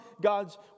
God's